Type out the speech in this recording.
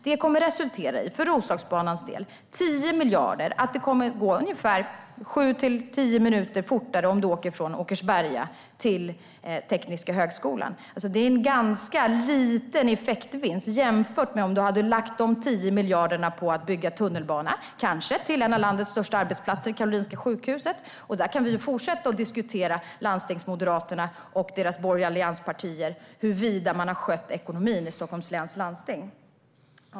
Investeringar på 10 miljarder kommer för Roslagsbanans del att resultera i att det kommer att gå sju-tio minuter fortare att åka från Åkersberga till Tekniska högskolan. Det är en ganska liten effektvinst jämfört med om man hade lagt dessa 10 miljarder på att bygga tunnelbana, kanske till en av landets största arbetsplatser - Karolinska sjukhuset. Då kan vi fortsätta att diskutera huruvida landstingsmoderaterna och de andra allianspartierna har skött ekonomin i Stockholms läns landsting.